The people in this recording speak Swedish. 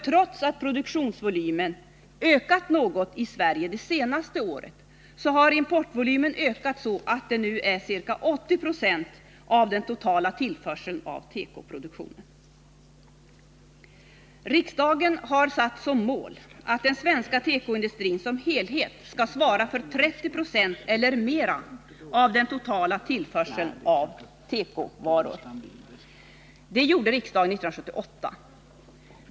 Trots att produktionsvolymen ökat nagot i Sverige det senaste året, har importvolymen ökat så, att den nu är ca 80 96 av den totala tekoproduktionen. Riksdagen har satt som mål att den svenska tekoindustrin som helhet skall svara för 30 26 eller mera av den totala tillförseln av tekovaror. Det gjorde riksdagen 1978.